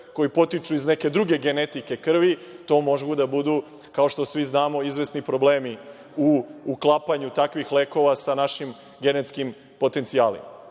koji potiču iz neke druge genetike krvi, to mogu da budu, kao što svi znamo, izvesni problemi u uklapanju takvih lekova sa našim genetskim potencijalim. Dakle,